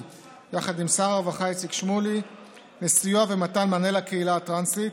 יחד עם שר הרווחה איציק שמולי לסיוע ומתן מענה לקהילה הטרנסית.